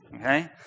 Okay